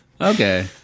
okay